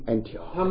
Antioch